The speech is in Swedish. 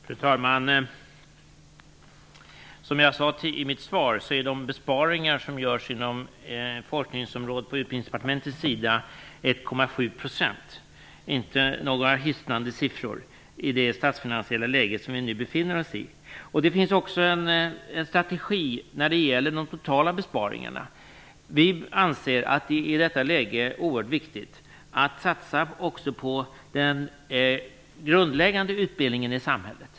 Fru talman! Som jag sade i mitt svar motsvarar de besparingar som görs från Utbildningsdepartementets sida på forskningsområdet 1,7 %. Det är inte några hisnande besparingar i det statsfinansiella läge som vi nu befinner oss. Det finns också en strategi när det gäller de totala besparingarna. Vi anser att det i detta läge är oerhört viktigt att satsa också på den grundläggande utbildningen i samhället.